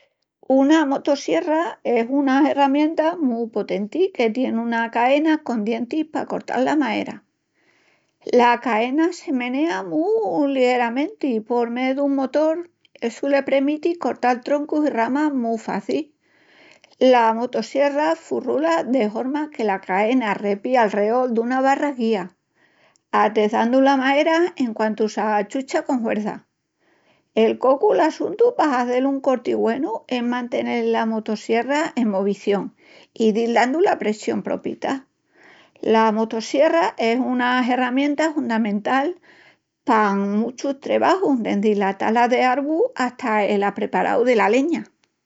Una motosierra es una herramienta mu potenti que tie una caena con dientis pa cortal la maera. La caena se menea mu ligeramenti por mé dun motol, essu le premiti cortal troncus i ramas mu faci. La motosierra furrula de horma que la caena repía alreol duna barra guía, atezandu la maera enquantu que s'achucha con huerça. El cocu l'assuntu pa hazel un corti güenu es mantenel la motosierra en movición i dil dandu la presión propita. La motosierra es una herramienta hundamental pa muchus trebajus, dendi la tala los arvus ata el apreparau dela leña.